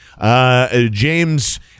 James